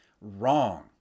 wrong